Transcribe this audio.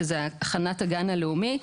שזו הכנת הגן הלאומי,